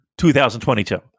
2022